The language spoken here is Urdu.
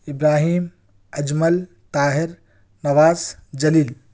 ابراہیم اجمل طاہر نواز جلیل